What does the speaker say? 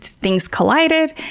things collided,